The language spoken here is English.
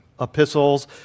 epistles